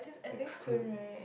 exclude